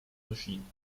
machine